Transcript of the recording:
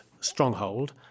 stronghold